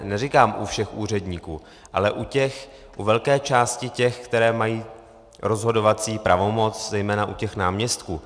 Neříkám u všech úředníků, ale u těch, u velké části těch, kteří mají rozhodovací pravomoc, zejména u náměstků.